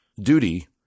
duty